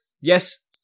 yes